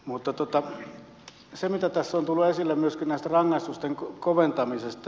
mutta tässä on tullut esille myöskin rangaistusten koventaminen